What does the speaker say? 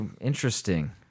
interesting